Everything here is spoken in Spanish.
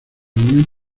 unión